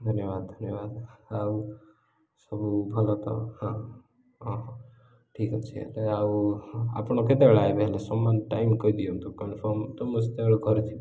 ଧନ୍ୟବାଦ ଧନ୍ୟବାଦ ଆଉ ସବୁ ଭଲ ତ ହଁ ହଁ ଠିକ୍ ଅଛି ହେଲେ ଆଉ ଆପଣ କେତେବେଳେ ଆଇବେ ହେଲେ ସମାନ ଟାଇମ୍ କହିଦିଅନ୍ତୁ କନଫର୍ମ ତ ମୁଁ ସେତେବେଳେ ଘରେ ଥିବି